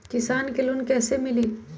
किसान के लोन कैसे मिली?